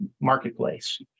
marketplace